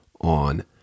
on